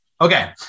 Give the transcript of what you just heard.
Okay